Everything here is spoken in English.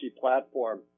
platform